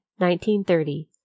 1930